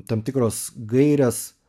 tam tikros gairės